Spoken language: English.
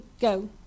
go